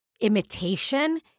imitation